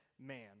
man